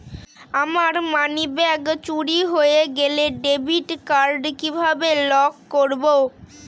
আমার মানিব্যাগ চুরি হয়ে গেলে ডেবিট কার্ড কিভাবে লক করব?